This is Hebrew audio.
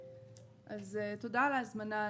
תודה על ההזמנה.